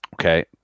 okay